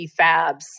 fabs